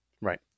Right